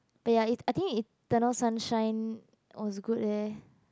ya I think eternal sunshine was good leh